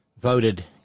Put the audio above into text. voted